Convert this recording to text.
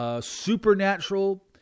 supernatural